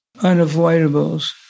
unavoidables